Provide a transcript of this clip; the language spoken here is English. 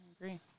agree